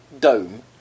dome